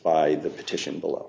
by the petition below